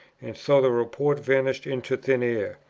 and so the report vanished into thin air.